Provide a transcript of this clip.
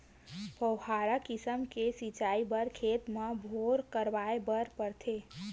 फव्हारा किसम के सिचई बर खेत म बोर कराए बर परथे